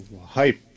hype